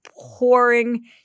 pouring